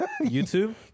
YouTube